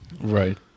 Right